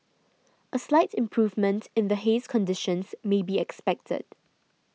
a slight improvement in the haze conditions may be expected